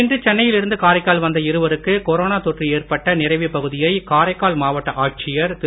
இன்று சென்னையில் இருந்து காரைக்கால் வந்த இருவருக்கு கொரோனா தொற்று ஏற்பட்ட நிரவி பகுதியை காரைக்கால் மாவட்ட ஆட்சியர் திரு